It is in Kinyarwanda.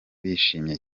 bishimye